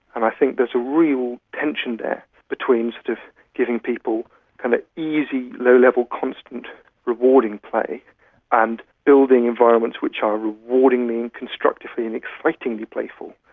and i think there's a real tension there between sort of giving people kind of easy low-level constant rewarding play and building environments which are rewardingly and constructively and excitingly playful.